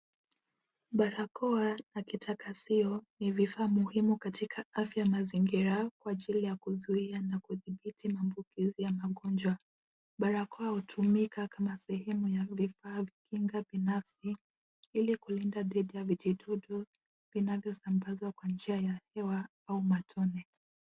Barakoa na kitakasio ni vifaa muhimu katika afya mazingira kwa ajili ya kuzuia na kudhibiti maambukizi ya magonjwa. Barakoa hutumika kama sehemu ya vifaa vya kinga binafsi ili kulinda dhidi ya vijidudu vinavyosambazwa kwa njia ya hewa au matone.